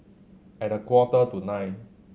at a quarter to nine